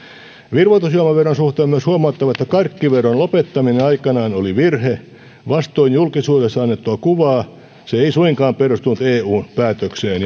virvoitusjuomaveron suhteen on myös huomattava että karkkiveron lopettaminen aikanaan oli virhe vastoin julkisuudessa annettua kuvaa se ei suinkaan perustunut eun päätökseen